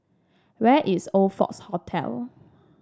where is Oxford Hotel